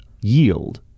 Yield